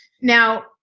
now